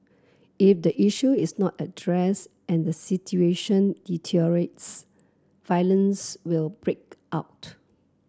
if the issue is not addressed and the situation deteriorates violence will break out